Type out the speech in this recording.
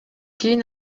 кийин